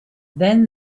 then